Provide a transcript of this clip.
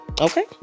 Okay